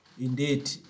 indeed